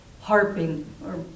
harping—or